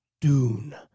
dune